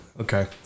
Okay